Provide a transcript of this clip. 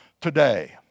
today